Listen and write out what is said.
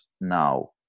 now